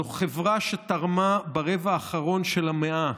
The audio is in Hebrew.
זו חברה שתרמה ברבע האחרון של המאה